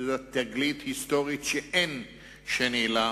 שזו תגלית היסטורית שאין שנייה לה,